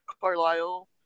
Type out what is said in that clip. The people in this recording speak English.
carlisle